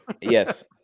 Yes